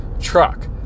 truck